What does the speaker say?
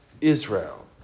Israel